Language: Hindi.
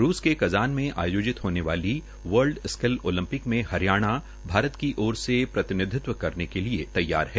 रूप के कज़ान मे आयाजित होने वाली बर्ल्ड स्क्लिस ओलपिंक में हरियाणाभारत की ओर से प्रतिनिधित्व करने के लिए तैया है